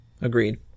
Agreed